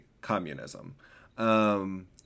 communism